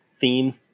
theme